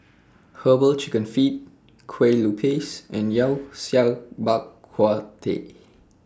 Herbal Chicken Feet Kueh Lupis and Yao Cai Bak Kut Teh